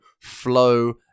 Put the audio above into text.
flow